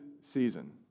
season